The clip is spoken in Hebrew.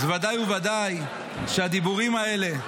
אז ודאי וודאי שהדיבורים האלה,